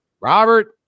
Robert